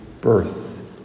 birth